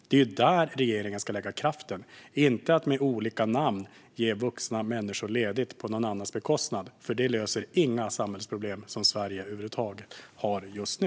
Det är där regeringen ska lägga kraften, inte att med olika namn ge vuxna människor ledigt på någon annans bekostnad. Det löser över huvud taget inga av de samhällsproblem som Sverige har just nu.